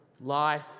life